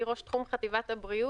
אני ראש תחום חטיבת הבריאות,